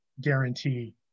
guarantee